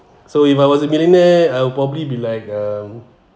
so if I was a millionaire I will probably be like um